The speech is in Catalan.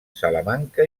salamanca